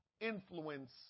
influence